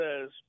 says